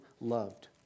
loved